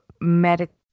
medical